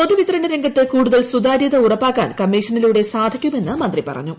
പൊതുവിതരണ രംഗത്ത് കൂടുതൽ സുതാര്യത ഉറപ്പാക്കാൻ കമ്മീഷനിലൂടെ സാധിക്കുമെന്ന് മന്ത്രി പറഞ്ഞു